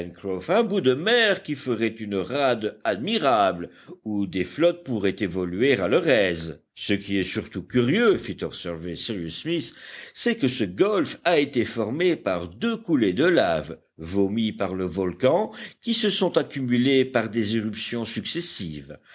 pencroff un bout de mer qui ferait une rade admirable où des flottes pourraient évoluer à leur aise ce qui est surtout curieux fit observer cyrus smith c'est que ce golfe a été formé par deux coulées de laves vomies par le volcan qui se sont accumulées par des éruptions successives